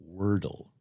wordle